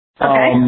Okay